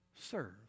Serve